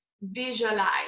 visualize